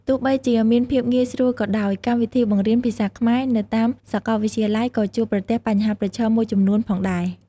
ទោះបីជាមានភាពងាយស្រួលក៏ដោយ កម្មវិធីបង្រៀនភាសាខ្មែរនៅតាមសាកលវិទ្យាល័យក៏ជួបប្រទះបញ្ហាប្រឈមមួយចំនួនផងដែរ។